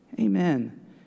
Amen